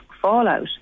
fallout